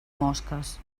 mosques